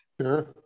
Sure